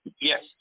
yes